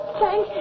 thank